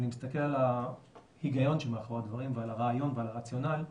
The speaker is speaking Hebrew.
אני מסתכל על ההיגיון שמאחורי הדברים ועל הרעיון ועל הרציונל,